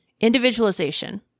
Individualization